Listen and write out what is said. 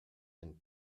and